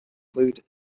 include